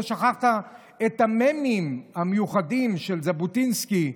שלא שכחת את המ"מים המיוחדים של ז'בוטינסקי,